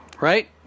right